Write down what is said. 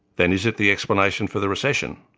then is it the explanation for the recession?